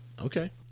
Okay